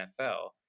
nfl